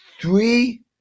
three